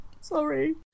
sorry